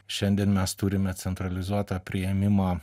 šiandien mes turime centralizuotą priėmimą